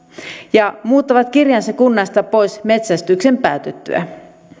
ja muuttavat kirjansa kunnasta pois metsästyksen päätyttyä